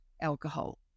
Alcohol